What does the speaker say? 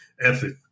effort